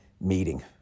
meeting